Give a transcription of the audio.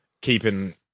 keeping